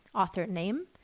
author name,